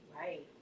right